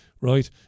right